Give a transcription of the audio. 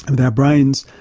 and with our brains,